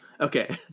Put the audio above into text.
Okay